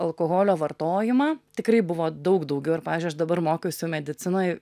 alkoholio vartojimą tikrai buvo daug daugiau ir pavyzdžiui aš dabar mokiausi medicinoj